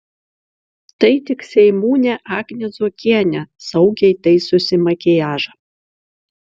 tai tik seimūnė agnė zuokienė saugiai taisosi makiažą